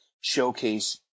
showcase